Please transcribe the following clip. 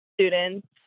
students